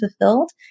fulfilled